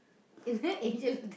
is there